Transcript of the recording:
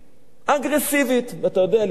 ואתה יודע, יהדות אתיופיה,